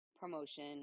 promotion